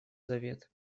завет